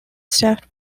staffed